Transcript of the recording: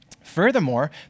Furthermore